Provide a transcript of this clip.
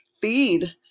feed